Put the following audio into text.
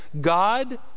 God